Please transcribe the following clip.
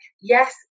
yes